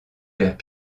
vers